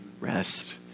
rest